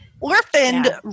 orphaned